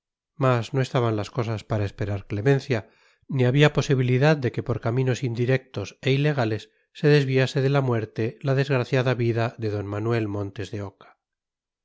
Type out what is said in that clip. mas no estaban las cosas para esperar clemencia ni había posibilidad de que por caminos indirectos e ilegales se desviase de la muerte la desgraciada vida de d manuel montes de oca